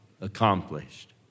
accomplished